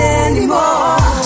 anymore